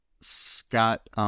Scott